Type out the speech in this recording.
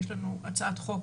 יש לנו הצעת חוק